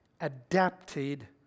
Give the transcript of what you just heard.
adapted